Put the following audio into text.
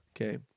Okay